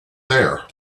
there